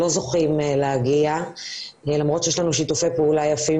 לא זוכים להגיע לשם למרות שיש לנו שיתופי פעולה יפים